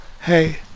hey